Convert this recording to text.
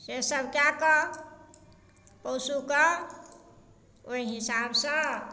से सब कए कऽ पशुके ओहि हिसाब सऽ